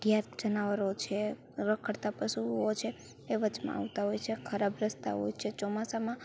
રેઢિયાળ જનાવરો છે રખડતા પશુઓ છે એ વચમાં આવતા હોય છે ખરાબ રસ્તા હોય છે ચોમાસામાં